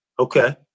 Okay